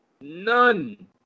None